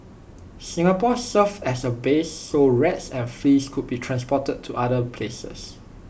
Singapore served as A base so rats and fleas could be transported to other places